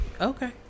okay